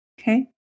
okay